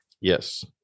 Yes